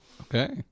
Okay